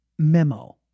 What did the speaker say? memo